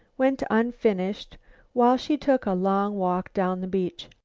went unfinished while she took a long walk down the beach.